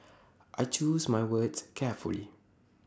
I choose my words carefully